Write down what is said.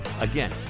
Again